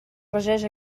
regeix